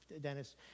Dennis